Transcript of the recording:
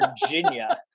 Virginia